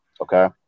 Okay